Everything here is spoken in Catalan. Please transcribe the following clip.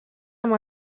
amb